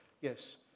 yes